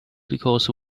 because